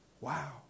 Wow